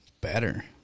better